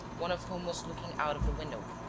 one of whom was looking out of the window.